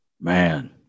Man